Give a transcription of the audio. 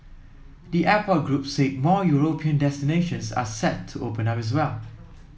the airport group said more European destinations are set to open up as well